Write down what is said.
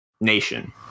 nation